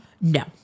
No